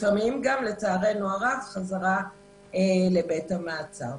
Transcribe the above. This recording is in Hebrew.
לפעמים גם, לצערנו הרב, חזרה לבית המעצר.